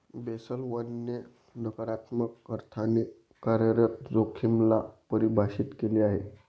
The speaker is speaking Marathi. बेसल वन ने नकारात्मक अर्थाने कार्यरत जोखिमे ला परिभाषित केलं आहे